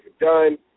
done